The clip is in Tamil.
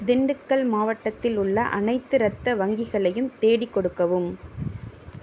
திண்டுக்கல் மாவட்டத்தில் உள்ள அனைத்து இரத்த வங்கிகளையும் தேடிக் கொடுக்கவும்